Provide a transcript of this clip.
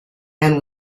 and